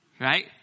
Right